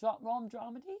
Rom-dramedy